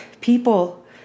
People